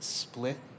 split